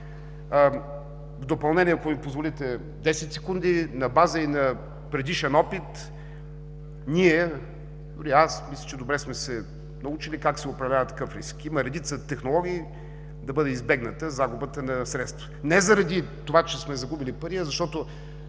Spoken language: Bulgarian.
В допълнение, ако ми позволите 10 секунди, на база и на предишен опит, ние, дори аз мисля, че добре сме се научили как се управлява такъв риск. Има редица технологии да бъде избегната загубата на средства. Не заради това, че сме загубили пари, а защото,